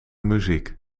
muziek